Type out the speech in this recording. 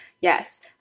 Yes